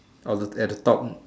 orh the at the top